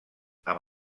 amb